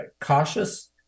cautious